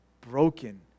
broken